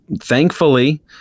Thankfully